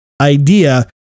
idea